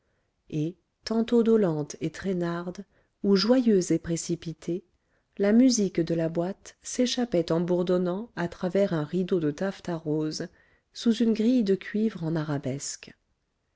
et tantôt dolente et traînarde ou joyeuse et précipitée la musique de la boîte s'échappait en bourdonnant à travers un rideau de taffetas rose sous une grille de cuivre en arabesque